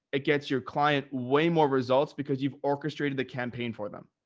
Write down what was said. it gets your client way more results because you've orchestrated the campaign for them.